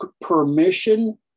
permission